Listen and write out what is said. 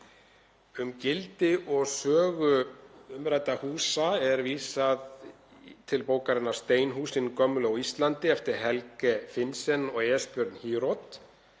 Um gildi og sögu umræddra húsa er vísað til bókarinnar Steinhúsin gömlu á Íslandi, eftir Helge Finsen og Esbjørn Hiort,